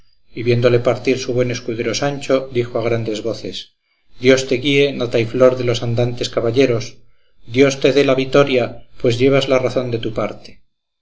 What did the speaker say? y viéndole partir su buen escudero sancho dijo a grandes voces dios te guíe nata y flor de los andantes caballeros dios te dé la vitoria pues llevas la razón de tu parte